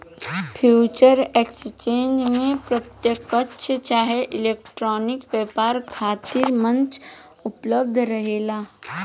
future exchange में प्रत्यकछ चाहे इलेक्ट्रॉनिक व्यापार खातिर मंच उपलब्ध रहेला